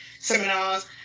seminars